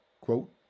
Quote